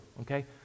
okay